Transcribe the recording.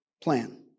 plan